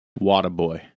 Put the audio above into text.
Waterboy